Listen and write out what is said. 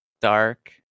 Dark